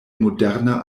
moderna